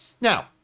Now